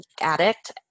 addict